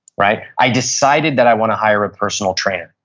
right? i decided that i want to hire a personal trainer.